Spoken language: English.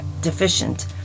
deficient